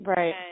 Right